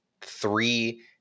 three